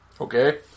Okay